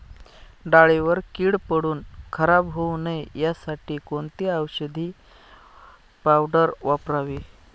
डाळीवर कीड पडून खराब होऊ नये यासाठी कोणती औषधी पावडर वापरावी?